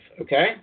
okay